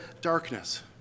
darkness